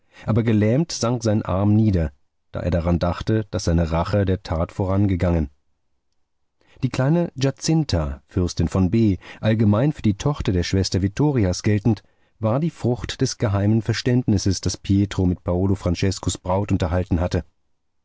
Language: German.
aber gelähmt sank sein arm nieder da er daran dachte daß seine rache der tat vorangegangen die kleine giazinta fürstin von b allgemein für die tochter der schwester vittorias geltend war die frucht des geheimen verständnisses das pietro mit paolo franceskos braut unterhalten hatte